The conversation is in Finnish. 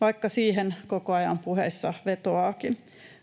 vaikka siihen koko ajan puheissa vetoaakin.